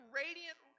radiant